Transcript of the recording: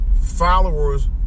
Followers